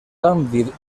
canvi